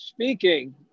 Speaking